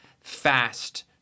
fast